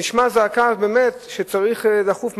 נשמעה זעקה שבאמת צריכים לדון בדחיפות,